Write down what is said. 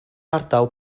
ardal